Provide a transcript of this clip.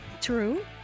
True